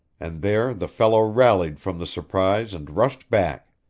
and there the fellow rallied from the surprise and rushed back.